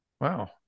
Wow